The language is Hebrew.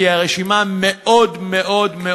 כי הרשימה מאוד מאוד ארוכה.